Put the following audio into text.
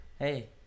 Hey